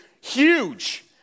huge